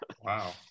Wow